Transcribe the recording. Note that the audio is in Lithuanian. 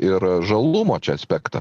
ir žalumo čia aspektą